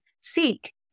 seek